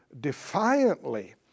defiantly